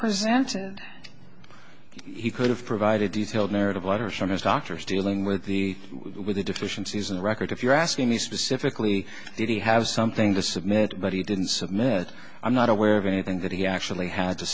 presented he could have provided detailed narrative letters from his doctors dealing with the with the deficiencies in the record if you're asking me specifically if he has something to submit but he didn't submit i'm not aware of anything that he actually had to